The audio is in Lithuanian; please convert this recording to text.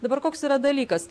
dabar koks yra dalykas